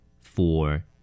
four